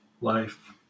life